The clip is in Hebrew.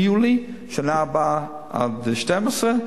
מיולי שנה הבאה עד 12,